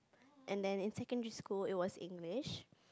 and then in secondary school it was English